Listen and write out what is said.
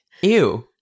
Ew